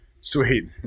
Sweet